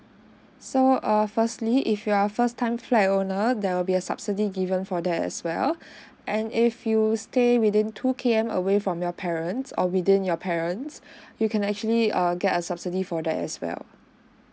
so err firstly if you are a first time flat owner there will be a subsidy given for that as well and if you stay within two K_M away from your parents or within your parents you can actually err get a subsidy for that as well